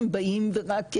הם באים ורק צועקים,